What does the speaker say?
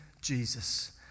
Jesus